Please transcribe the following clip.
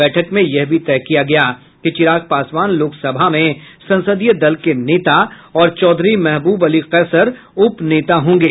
बैठक में यह भी तय किया गया कि चिराग पासवान लोकसभा में संसदीय दल के नेता और चौधरी महबूब अली कैसर उप नेता होंगे